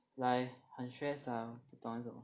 like 很 stress lah 不懂要做什么